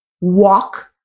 walk